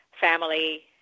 family